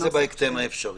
מה זה בהקדם האפשרי?